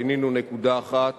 פינינו נקודה אחת